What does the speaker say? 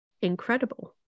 incredible